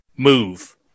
move